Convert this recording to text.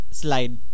slide